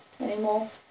anymore